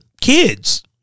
kids